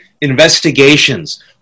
Investigations